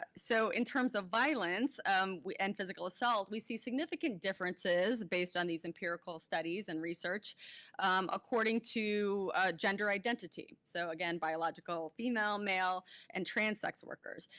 but so, in terms of violence um and physical assault, we see significant differences based on these empirical studies and research according to gender identity. so again, biological female male and trans sex workers.